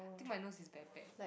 think my nose is very bad